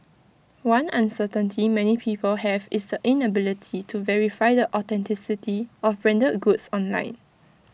one uncertainty many people have is the inability to verify the authenticity of branded goods online